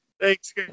Thanks